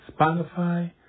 Spotify